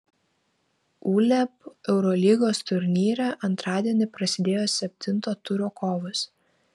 uleb eurolygos turnyre antradienį prasidėjo septinto turo kovos